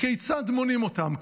כיצד מונים אותם?